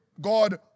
God